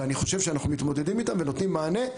ואני חושב שאנחנו מתמודדים איתם ונותנים מענה,